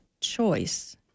choice